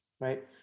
right